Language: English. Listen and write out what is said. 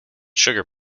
sugar